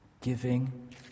Giving